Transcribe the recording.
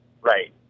Right